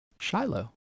Shiloh